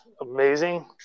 amazing